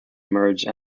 emerged